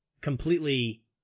completely